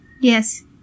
Yes